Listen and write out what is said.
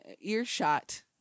earshot